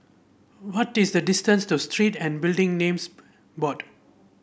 what is the distance to Street and Building Names Board